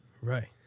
Right